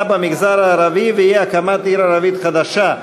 במגזר הערבי ואי-הקמת עיר ערבית חדשה,